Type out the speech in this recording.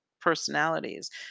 personalities